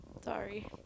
Sorry